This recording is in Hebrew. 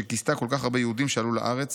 שכיסתה כל כך הרבה יהודים שעלו לארץ,